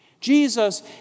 Jesus